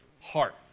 heart